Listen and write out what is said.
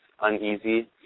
uneasy